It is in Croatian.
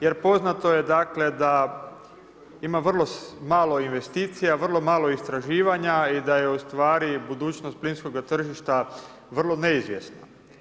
Jer poznato je dakle, da ima vrlo malo investicija, vrlo malo istraživanja i da je ustvari budućnost plinskoga tržišta vrlo neizvjesna.